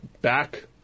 back